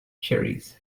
cherries